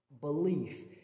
belief